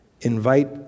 invite